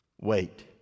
wait